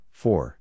Four